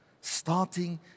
Starting